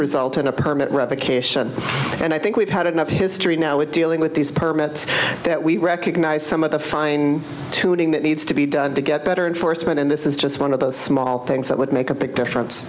result in a permit revocation and i think we've had enough history now with dealing with these permits that we recognize some of the fine tuning that needs to be done to get better and forstmann and this is just one of those small things that would make a big difference